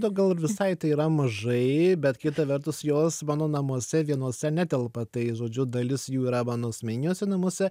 na gal ir visai tai yra mažai bet kita vertus jos mano namuose vienuose netelpa tai žodžiu dalis jų yra mano asmeniniuose namuose